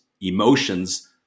emotions